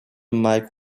mike